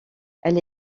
elle